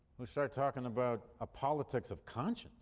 who started talking about a politics of conscience